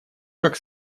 как